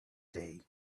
day